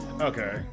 Okay